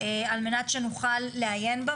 על מנת שנוכל לעיין בה,